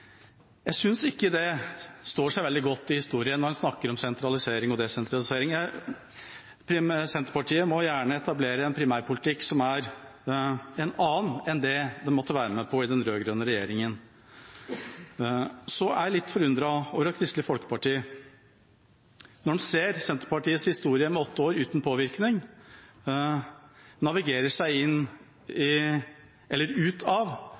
Jeg synes ikke det står seg veldig godt i historien når en snakker om sentralisering og desentralisering. Senterpartiet må gjerne etablere en primærpolitikk som er en annen enn den de måtte være med på i den rød-grønne regjeringa. Jeg er litt forundret over at Kristelig Folkeparti – når en ser Senterpartiets historie med åtte år uten påvirkning – navigerer seg ut av